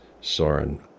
Soren